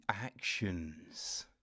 actions